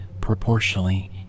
proportionally